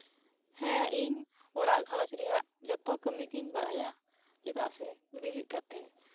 ᱦᱮᱸ ᱤᱧ ᱚᱲᱟᱜ ᱜᱷᱟᱨᱚᱧᱡᱽ ᱨᱮᱭᱟᱜ ᱡᱚᱛᱚ ᱠᱟᱹᱢᱤ ᱜᱤᱧ ᱵᱟᱲᱟᱭᱟ ᱪᱮᱫᱟᱜ ᱥᱮ ᱵᱮᱨᱮᱫ ᱠᱟᱛᱮᱜ